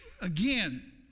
again